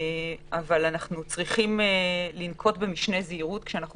אבל אנחנו צריכים לנקוט משנה זהירות כשאנחנו